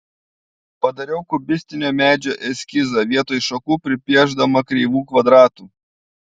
padarau kubistinio medžio eskizą vietoj šakų pripiešdama kreivų kvadratų